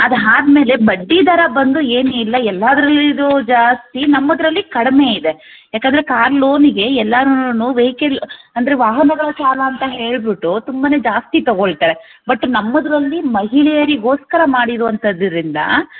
ಅದು ಆದ್ಮೇಲೆ ಬಡ್ಡಿದರ ಬಂದು ಏನು ಇಲ್ಲ ಎಲ್ಲದರಲ್ಲೂ ಇದು ಜಾಸ್ತಿ ನಮ್ಮದರಲ್ಲಿ ಕಡಿಮೆ ಇದೆ ಯಾಕಂದರೆ ಕಾರ್ ಲೋನಿಗೆ ಎಲ್ಲಾರುನೂ ವೈಕಲ್ ಅಂದರೆ ವಾಹನಗಳ ಸಾಲ ಅಂತ ಹೇಳಿಬಿಟ್ಟು ತುಂಬ ಜಾಸ್ತಿ ತಗೊಳ್ತಾರೆ ಬಟ್ ನಮ್ಮದರಲ್ಲಿ ಮಹಿಳೆಯರಿಗೋಸ್ಕರ ಮಾಡಿರುವಂತ್ದ್ರಿಂದ